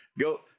go